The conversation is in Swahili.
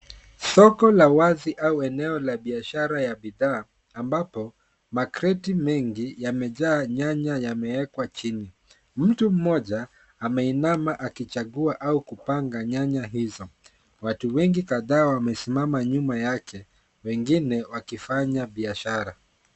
Soko la wazi ama eneo la biashara ya bidhaa, ambapo makreti mengi yamejaa nyanya yameekwa chini. Mtu mmoja ameinama au kuchagua nyanya hizo, watu wengi kadhaa wamesimama nyuma yake wengine wakifanya biashara.